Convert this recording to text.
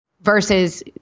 Versus